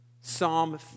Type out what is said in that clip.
Psalm